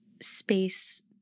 space